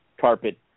carpet